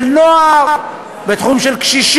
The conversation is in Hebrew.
בתחום של נוער, בתחום של קשישים,